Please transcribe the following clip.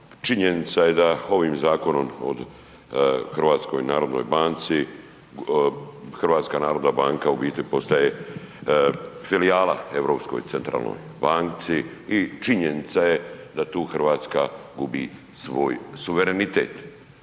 Činjenica je da ovim zakonom od HNB-ci, HNB u biti postaje filijala Europskoj centralnoj banci i činjenica je da tu Hrvatska gubi svoj suverenitet.